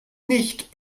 nicht